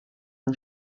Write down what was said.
fel